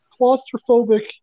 claustrophobic